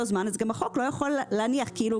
פרק זמן - החוק לא יכול להניח כאילו קיבל את המכתב.